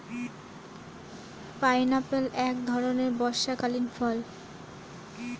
pineapple এক ধরণের বর্ষাকালীন ফল